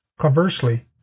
Conversely